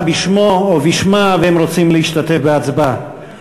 בשמו או בשמה והם רוצים להשתתף בהצבעה,